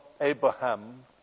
Abraham